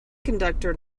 conductor